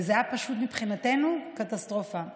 וזה היה פשוט קטסטרופה מבחינתנו.